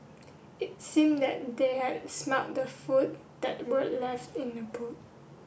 it seemed that they had smelt the food that were left in the boot